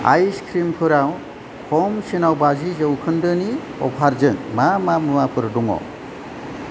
ice क्रिमफोराव खमसिनाव बाजि जौखोन्दोनि अफारजों मा मा मुवाफोर दङ